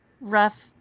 rough